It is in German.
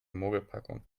mogelpackung